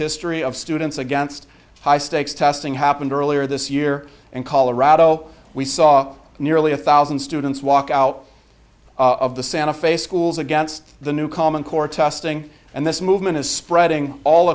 history of students against high stakes testing happened earlier this year and colorado we saw nearly a thousand students walk out of the santa fe schools against the new common core testing and this movement is spreading all